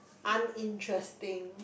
uninteresting